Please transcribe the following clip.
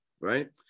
right